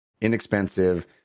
inexpensive